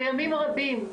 וימים רבים,